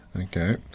Okay